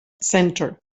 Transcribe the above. centre